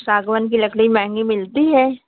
सागवान की लकड़ी महँगी मिलती है